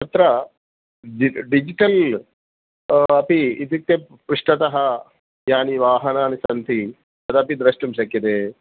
तत्र डिजिटल् अपि इत्युक्ते पृष्टतः यानि वाहणानि सन्ति तदपि द्रष्टुं शक्यते